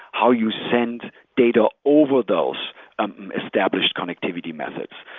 how you send data over those established connectivity methods.